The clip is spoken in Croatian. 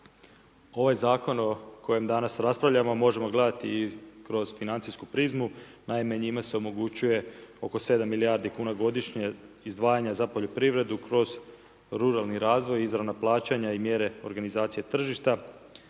Ovaj zakon o kojem danas raspravljamo, možemo gledati i kroz financijsku prizmu, naime njime se omogućuje oko 7 milijardi kn godišnje, izdvajanje za poljoprivredu, kroz ruralni razvoj, izravna plaćanja i mjere organizacije tržišta,